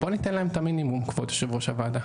בואו ניתן להם את המינימום כבוד יושב ראש הוועדה.